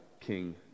King